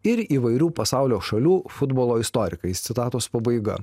ir įvairių pasaulio šalių futbolo istorikais citatos pabaiga